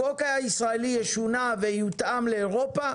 החוק הישראלי ישונה ויותאם לאירופה,